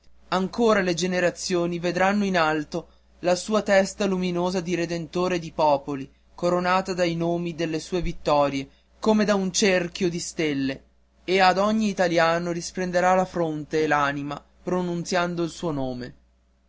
ancora le generazioni vedranno in alto la sua testa luminosa di rendentore di popoli coronata dai nomi delle sue vittorie come da un cerchio di stelle e ad ogni italiano risplenderà la fronte e l'anima pronunziando il suo nome